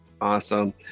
Awesome